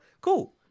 cool